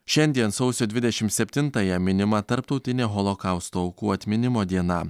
šiandien sausio dvidešimt septintąją minima tarptautinė holokausto aukų atminimo diena